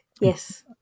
Yes